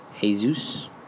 Jesus